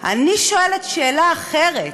אני שואלת שאלה אחרת: